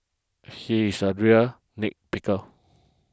he is a real nitpicker